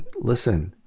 listen,